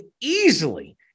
easily